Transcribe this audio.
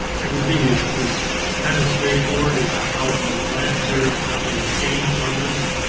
everything is is kind of straightforward is how it was last year. nothing is changed on this.